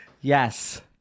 Yes